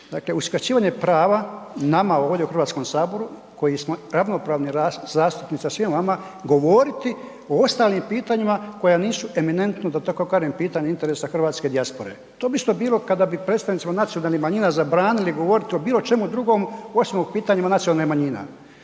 dakle uskraćivanje prava, nama ovdje u Hrvatskom saboru koji smo ravnopravni zastupnici sa svima vama, govoriti o ostalim pitanjima koja nisu eminentno da tako kažem pitanja interesa hrvatske dijaspore. To bi isto bilo kada bi predstavnicima nacionalnih manjina zabranili govoriti o bilo čemu drugom osim o pitanjima nacionalne manjine.